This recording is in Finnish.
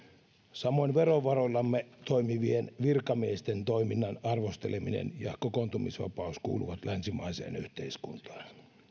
samoin verovaroillamme toimivien virkamiesten toiminnan arvosteleminen ja kokoontumisvapaus kuuluvat länsimaiseen yhteiskuntaan